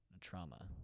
trauma